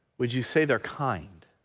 would you say their kind?